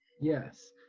yes